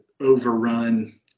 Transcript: overrun